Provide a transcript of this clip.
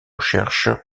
cherche